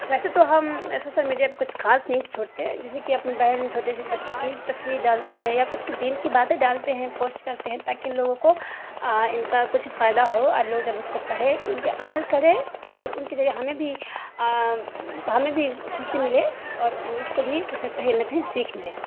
ویسے تو ہم سوسل میڈیا پر کچھ خاص نہیں چھوڑتے جیسے کہ اپنی بہن چھوٹے چھوٹے بچوں کی تصویر ڈالتے ہیں یا کچھ دین کی باتیں ڈالتے ہیں پوسٹ کرتے ہیں تاکہ لوگوں کو ان کا کچھ فائدہ ہو لوگ جب اس کو پڑھے تو ان پہ عمل کرے اور ان کے ذریعے ہمیں بھی ہمیں بھی خوشی ملے اور اس کو بھی کچھ نہ کہیں نہ کہیں سیکھ ملے